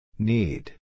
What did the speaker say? Need